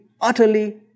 utterly